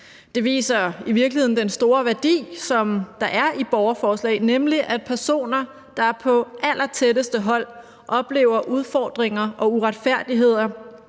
Det viser i virkeligheden den store værdi, som der er i borgerforslag, nemlig at personer, der på allertætteste hold oplever udfordringer og uretfærdigheder,